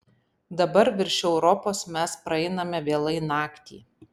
dabar virš europos mes praeiname vėlai naktį